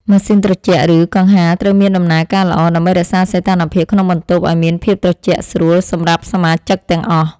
ម៉ាស៊ីនត្រជាក់ ឬកង្ហារ ត្រូវមានដំណើរការល្អ ដើម្បីរក្សាសីតុណ្ហភាពក្នុងបន្ទប់ឱ្យមានភាពត្រជាក់ស្រួលសម្រាប់សមាជិកទាំងអស់។